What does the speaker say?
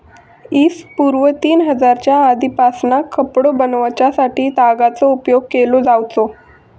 इ.स पूर्व तीन हजारच्या आदीपासना कपडो बनवच्यासाठी तागाचो उपयोग केलो जावचो